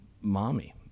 Mommy